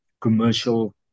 commercial